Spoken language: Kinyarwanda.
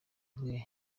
bwe